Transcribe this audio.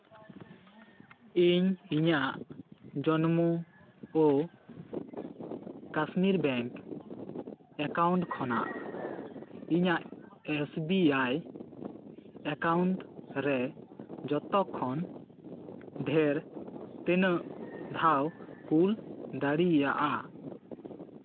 ᱤᱧ ᱤᱧᱟᱜ ᱡᱚᱱᱢᱩ ᱠᱳ ᱠᱟᱥᱢᱤᱨ ᱵᱮᱝᱠ ᱮᱠᱟᱣᱩᱱᱴ ᱠᱷᱚᱱᱟᱜ ᱤᱧᱟᱜ ᱮᱥ ᱵᱤ ᱟᱭ ᱮᱠᱟᱣᱩᱱᱴ ᱨᱮ ᱡᱚᱛᱚᱠᱷᱚᱱ ᱰᱷᱮᱨ ᱛᱤᱱᱟᱹᱜ ᱫᱷᱟᱣ ᱠᱩᱞ ᱫᱟᱲᱮᱭᱟᱜᱼᱟ